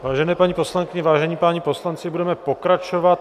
Vážené paní poslankyně, vážení páni poslanci, budeme pokračovat.